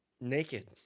naked